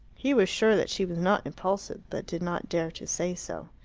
he was sure that she was not impulsive, but did not dare to say so.